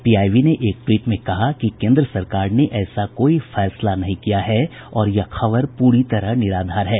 PIB ने एक tweet में कहा है कि केन्द्र सरकार ने ऐसा कोई फैसला नहीं किया है और यह खबर पूरी तरह निराधार है